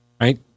right